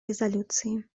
резолюции